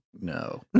no